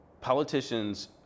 politicians